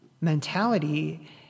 mentality